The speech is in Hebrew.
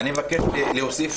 אני מבקש להוסיף